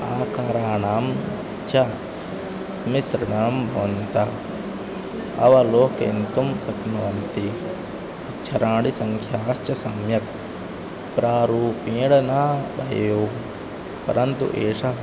आकाराणां च मिश्रणं भवन्तः अवलोकयन्तुं शक्नुवन्ति अक्षराणि सङ्ख्याश्च सम्यक् प्रारूपेण न भयेयुः परन्तु एषा